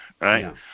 right